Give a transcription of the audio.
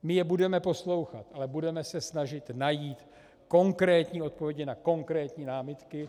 My je budeme poslouchat, ale budeme se snažit najít konkrétní odpovědi na konkrétní námitky.